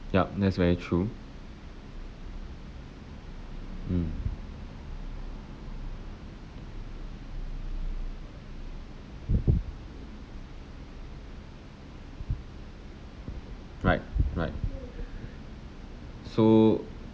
yep that's very true mm right right so